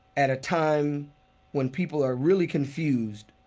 at a time when people are really confused